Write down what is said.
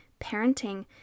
parenting